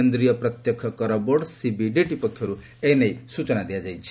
କେନ୍ଦ୍ରୀୟ ପ୍ରତ୍ୟକ୍ଷ କର ବୋର୍ଡ଼ ସିବିଡିଟି ପକ୍ଷରୁ ଏନେଇ ସ୍ବଚନା ଦିଆଯାଇଛି